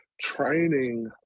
training